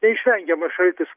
neišvengiamas šaltis